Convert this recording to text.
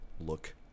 look